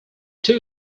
two